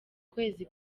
kwezi